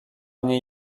mnie